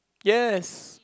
yes